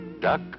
Duck